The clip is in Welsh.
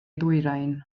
ddwyrain